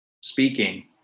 speaking